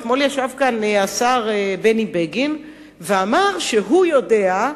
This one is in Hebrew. אתמול ישב כאן השר בני בגין ואמר שהוא יודע,